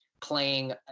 playing